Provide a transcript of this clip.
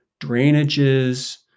drainages